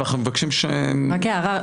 אנחנו מבקשים --- רק הערה,